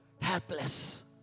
helpless